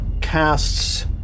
casts